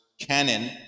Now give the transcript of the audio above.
Canon